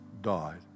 died